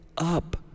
up